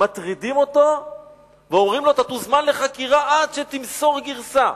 מטרידים אותו ואומרים לו: אתה תוזמן לחקירה עד שתמסור גרסה.